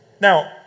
Now